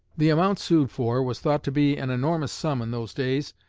the amount sued for was thought to be an enormous sum in those days,